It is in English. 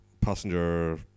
passenger